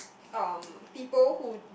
um people who